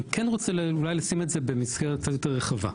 אני כן רוצה אולי לשים את זה במסגרת קצת יותר רחבה: